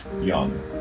young